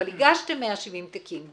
אבל הגשתם 170 תיקים,